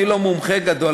אני לא מומחה גדול,